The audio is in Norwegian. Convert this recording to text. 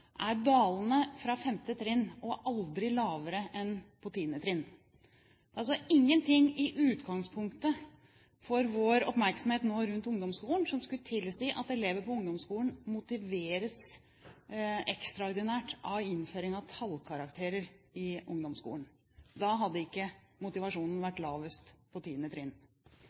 er dalende fra 5. trinn, og aldri lavere enn på 10. trinn. Det er altså ingenting med utgangspunkt i vår oppmerksomhet nå rundt ungdomsskolen som skulle tilsi at elever på ungdomsskolen motiveres ekstraordinært av innføring av tallkarakterer i ungdomsskolen. Da hadde ikke motivasjonen vært lavest på 10. trinn.